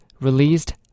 released